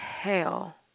hell